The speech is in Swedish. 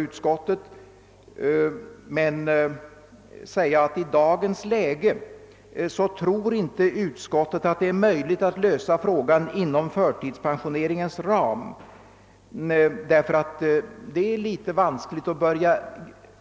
Utskottet anser emellertid att det i dagens läge knappast är möjligt att lösa frågan inom förtidspensioneringens ram. Det är nämligen litet vanskligt att